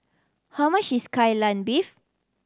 how much is Kai Lan Beef